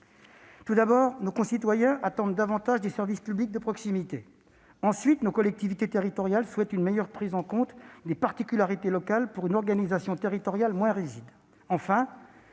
Tout d'abord, nos concitoyens attendent davantage de services publics de proximité. Ensuite, nos collectivités territoriales souhaitent une meilleure prise en compte des particularités locales, pour une organisation territoriale moins rigide.